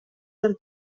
del